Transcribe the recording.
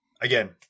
again